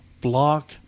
block